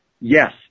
Yes